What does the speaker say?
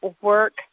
work